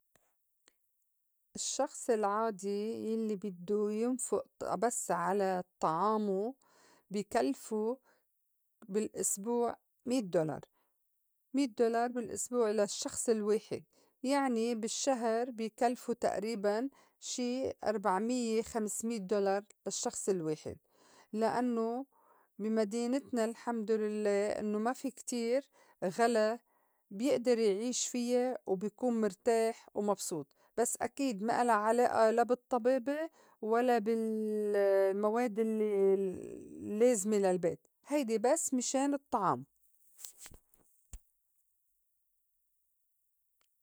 الشّخص العادي يلّي بدّو ينفق بس على طعامو بي كلفو بالأسبوع ميت دولار ميت دولار بالأسبوع للشّخص الواحد يعني بالشّهر بي كلفو تئريباً شي أربع ميّة خمس ميت دولار للشّخص الواحد لإنّو بي مدينتنا الحمد لله أنّو ما في كتير غلا بيئدر يعيش فيّا وبيكون مرتاح ومبسوط بس أكيد ما إلا عِلائة لا بالطّبابة ولا بال المواد الّي لازمة للبيت هيدي بس مِشان الطّعام.